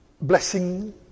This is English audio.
blessing